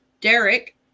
Derek